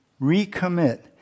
recommit